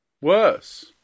Worse